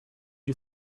you